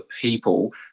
people